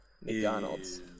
McDonald's